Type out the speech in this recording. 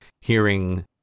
hearing